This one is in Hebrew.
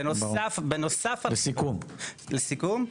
לסיכום,